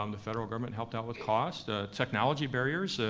um the federal government helped out with cost, ah technology barriers,